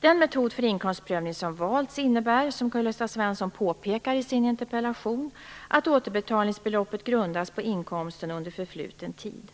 Den metod för inkomstprövning som valts innebär, som Karl-Gösta Svenson påpekar i sin interpellation, att återbetalningsbeloppet grundas på inkomsten under förfluten tid.